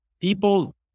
people